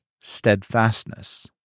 steadfastness